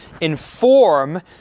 inform